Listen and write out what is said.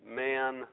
man